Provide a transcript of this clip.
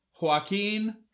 Joaquin